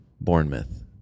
Bournemouth